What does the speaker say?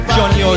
Johnny